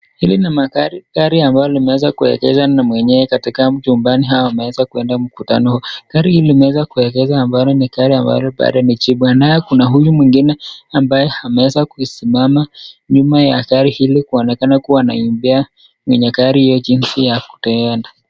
Hili ni gari gari ambalo limeweza kuegeshwa na mwenyewe katika mchumbani hao wameweza kwenda mkutano. Gari hili limeweza kuegeshwa ambalo ni gari ambalo bado ni jipya. Na kuna huyu mwingine ambaye ameweza kusimama nyuma ya gari hilo kuonekana kuwa anambia mwenye gari hiyo jinsi ya kuenda.